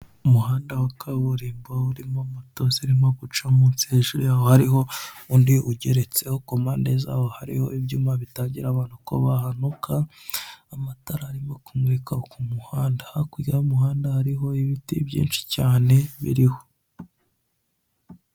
Umuhanda wa kaburimbo urimo moto zirimo guca munsi, hejuru yaho hariho undi ugeretseho, ku mpande zaho hariho ibyuma bitangira abantu ko bahanuka, amatara arimo kumurika ku muhanda, hakurya y'umuhanda hariho ibiti byinshi cyane biriho.